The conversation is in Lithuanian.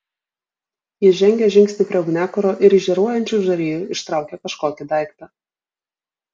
jis žengė žingsnį prie ugniakuro ir iš žėruojančių žarijų ištraukė kažkokį daiktą